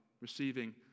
receiving